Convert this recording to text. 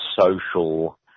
social